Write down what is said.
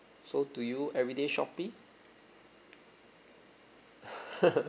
so do you everyday Shopee